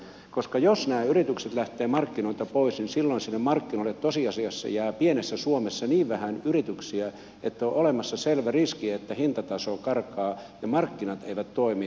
koska jos nämä yritykset lähtevät markkinoilta pois markkinoille tosiasiassa jää pienessä suomessa niin vähän yrityksiä että on olemassa selvä riski että hintataso karkaa ja markkinat eivät toimi